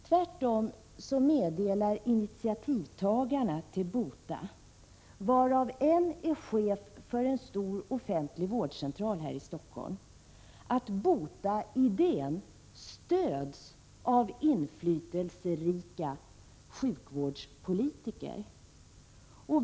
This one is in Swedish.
Tvärtom meddelar initiativtagarna till BOTA, av vilka en är chef för en stor offentlig vårdcentral här i Stockholm, att BOTA-idén stöds av inflytelserika sjukvårdspolitiker.